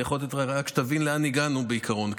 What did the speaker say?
רק שתבין לאן הגענו בעיקרון,